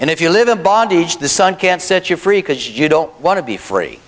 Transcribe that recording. and if you live in bondage the sun can't set you free because you don't want to be free